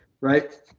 right